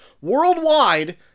worldwide